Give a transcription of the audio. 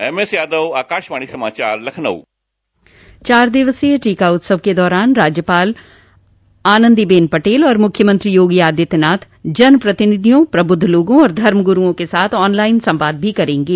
MS Yadav Akashvani समाचार लखनऊ चार दिवसीय टीका उत्सव के दौरान राज्यपाल आनन्दी बेन पटेल और मुख्यमंत्री योगी आदित्य नाथ जन प्रतिनिधियों प्रबुद्ध लोगों और धर्म गुरूओं के साथ ऑन लाइन संवाद भी करेंगे